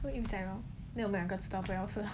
so is like hor then 我们两个知道不要吃了